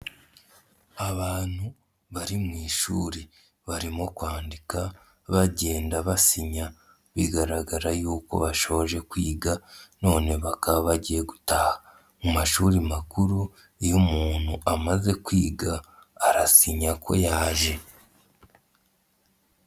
Abantu bari mu ishuri barimo kwandika bagenda basinya, bigaragara y'uko bashoje kwiga none bakaba bagiye gutaha, mu mashuri makuru iyo umuntu amaze kwiga arasinya ko yaje.